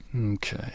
Okay